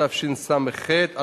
התשס"ח 2008,